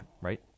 Right